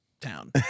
town